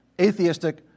atheistic